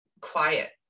quiet